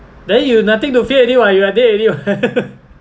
then you nothing to fear already [what] you are dead already [what]